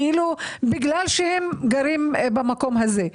כאילו בגלל שהם גרים במקום הזה.